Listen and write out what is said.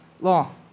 long